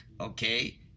okay